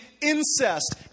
incest